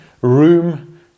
room